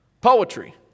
Poetry